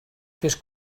fes